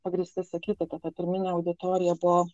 pagrįstai sakyti kad ta pirminė auditorija buo